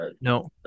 No